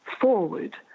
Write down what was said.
forward